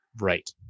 Right